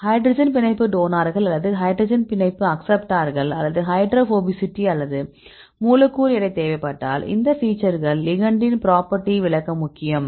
hydrogen பிணைப்பு டோனார்கள் அல்லது ஹைட்ரஜன் பிணைப்பு அக்சப்ட்டார்கள் அல்லது ஹைட்ரோபோபசிட்டி அல்லது மூலக்கூறு எடை தேவைப்பட்டால் இந்த ஃபீச்சர்கள் லிகெண்ட்டின் புரோபர்டி விளக்க முக்கியம்